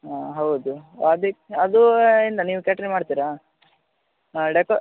ಹಾಂ ಹೌದು ಅದಿಕ್ಕೆ ಅದು ಎಂತ ನೀವು ಕೇಟರಿಂಗ್ ಮಾಡ್ತೀರಾ ಡೆಕೋರ್